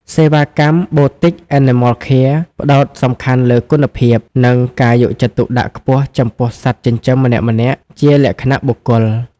សេវាកម្ម Boutique Animal Care ផ្ដោតសំខាន់លើគុណភាព និងការយកចិត្តទុកដាក់ខ្ពស់ចំពោះសត្វចិញ្ចឹមម្នាក់ៗជាលក្ខណៈបុគ្គល។